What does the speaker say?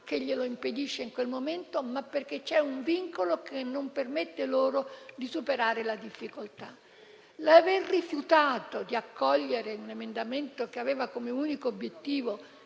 che glielo impedisce in quel momento, ma perché un vincolo non permette loro di superare la difficoltà. Aver rifiutato di accogliere un emendamento che aveva come unico obiettivo